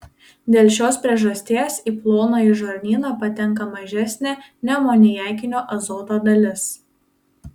dėl šios priežasties į plonąjį žarnyną patenka mažesnė neamoniakinio azoto dalis